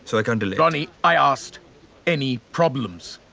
so like and like ronnie, i asked any problems?